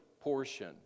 portion